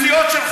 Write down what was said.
את הנסיעות שלך.